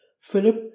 Philip